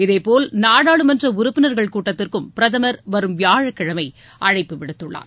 இதேபோல் நாடாளுமன்ற உறப்பினர்கள் கூட்டத்திற்கும் பிரதமர் வரும் வியாழக்கிழமை அழைப்பு விடுத்துள்ளார்